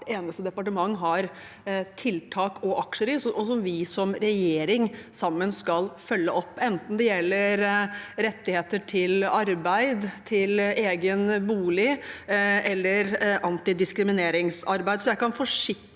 eneste departement har tiltak og aksjer i, og som vi som regjering sammen skal følge opp, enten det gjelder rettigheter til arbeid, rettigheter til egen bolig eller antidiskrimineringsarbeid. Jeg kan forsikre